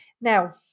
Now